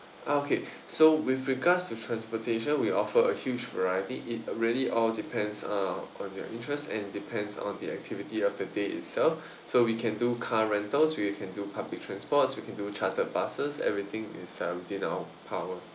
ah okay so with regards to transportation we offer a huge variety it really all depends uh on your interests and depends on the activity of the day itself so we can do car rentals we can do public transports we can do chartered buses everything is uh within our power